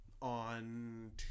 on